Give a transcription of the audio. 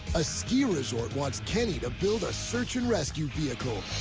a ski resort wants kenny to build a search-and-rescue vehicle.